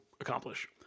accomplish